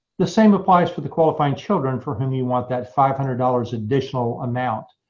the same applies for the qualifying children for whom you want that five hundred dollars additional amount.